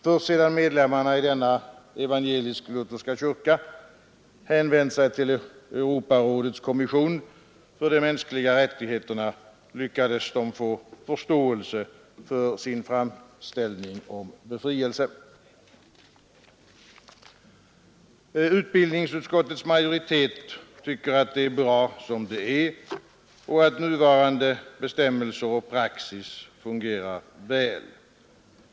Först sedan medlemmarna i denna evangelisk-lutherska kyrka hänvänt sig till Europarådets kommission för de mänskliga rättigheterna lyckades de få förståelse för sin framställning om befrielse. Utbildningsutskottets majoritet tycker att det är bra som det är och att nuvarande bestämmelser och praxis fungerar väl.